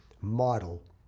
model